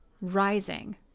rising